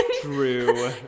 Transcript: True